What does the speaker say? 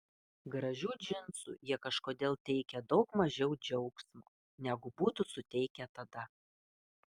gražių džinsų jie kažkodėl teikia daug mažiau džiaugsmo negu būtų suteikę tada